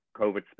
COVID